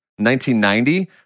1990